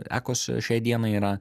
ekos šiai dienai yra